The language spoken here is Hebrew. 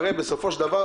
הרי בסופו של דבר,